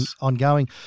ongoing